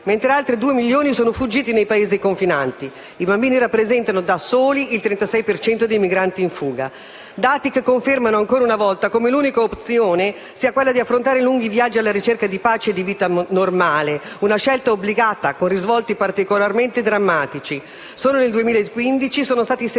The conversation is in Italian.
mentre altri 2 milioni sono fuggiti nei Paesi confinanti. I bambini rappresentano, da soli, il 36 per cento dei migranti in fuga. I dati confermano, ancora una volta, come l'unica opzione sia quella di affrontare lunghi viaggi alla ricerca della pace e di una vita normale. È una scelta obbligata, che ha risvolti particolarmente drammatici. Solo nel 2015 sono stati 700 i